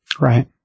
Right